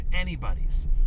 anybody's